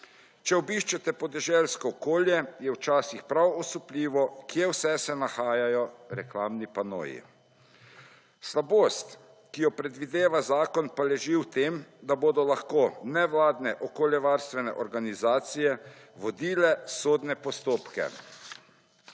Če obiščete podeželsko okolje je včasih prav osupljivo kje vse se nahajajo reklamni panoji. Slabost, ki jo predvideva zakon pa leži v tem, da bodo lahko nevladne, okoljevarstvene organizacije vodile sodne postopke.